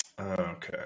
Okay